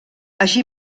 així